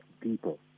people